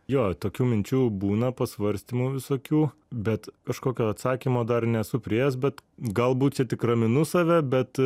jo tokių minčių būna pasvarstymų visokių bet kažkokio atsakymo dar nesu priėjęs bet galbūt čia tik raminu save bet